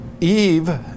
Eve